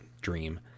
dream